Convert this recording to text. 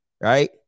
right